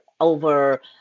over